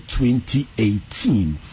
2018